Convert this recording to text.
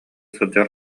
сылдьар